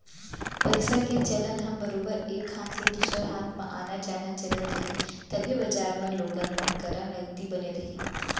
पइसा के चलन ह बरोबर एक हाथ ले दूसर हाथ म आना जाना चलत रही तभे बजार म लोगन मन करा नगदी बने रही